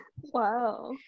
Wow